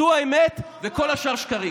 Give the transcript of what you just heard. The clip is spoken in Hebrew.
זו האמת, וכל השאר שקרים.